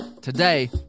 today